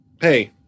Hey